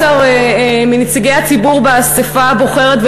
17 מנציגי הציבור באספה הבוחרת,